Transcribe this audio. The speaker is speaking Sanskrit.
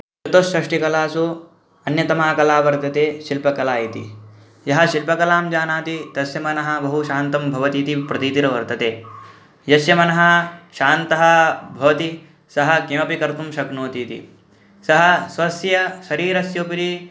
चतुष्ष्ठीकलासु अन्यतमा कला वर्तते शिल्पकला इति यः शिल्पकलां जानाति तस्य मनः बहु शान्तं भवति इति प्रतितिः वर्तते यस्य मनः शान्तः भवति सः किमपि कर्तुं शक्नोति इति सः स्वस्य शरीरस्य उपरि